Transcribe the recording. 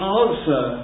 answer